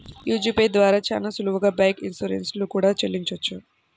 యీ G Pay ద్వారా చానా సులువుగా బైక్ ఇన్సూరెన్స్ లు కూడా చెల్లించొచ్చు